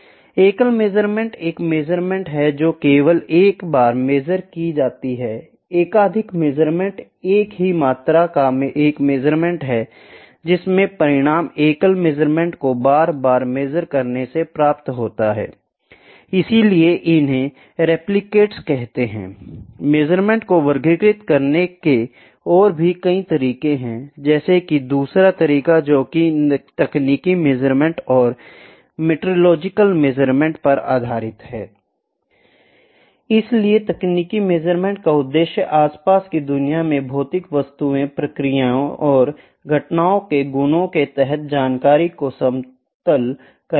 एकल मेजरमेंट एक मेजरमेंट है जो केवल एक बार मेजर किया जाता है एकाधिक मेजरमेंट एक ही मात्रा का एक मेज़रमेंट है जिसमें परिणाम एकल मेज़रमेंट को बार बार मेजर करने से प्राप्त होता है इसलिए इन्हें रिप्लिकेट्स कहते हैं I मेजरमेंट को वर्गीकृत करने के और भी कई तरीके हैं जैसे कि दूसरा तरीका जोकि तकनीकी मेजरमेंट और मेट्रोलॉजिकल मेजरमेंट पर आधारित है I इसलिए तकनीकी मेजरमेंट का उद्देश्य आसपास की दुनिया में भौतिक वस्तुओं प्रक्रियाओं और घटनाओं के गुणों के तहत जानकारी को समतल करना है